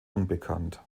unbekannt